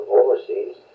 overseas